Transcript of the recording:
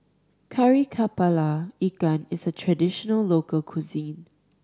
Kari Kepala Ikan is a traditional local cuisine